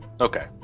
Okay